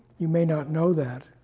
you may not know that,